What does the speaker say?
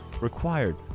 required